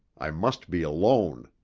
i must be alone.